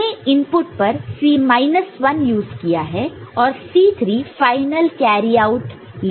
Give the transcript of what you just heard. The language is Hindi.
हमने इनपुट पर C माइनस 1 यूज़ किया है और C3 फाइनल कैरी आउट है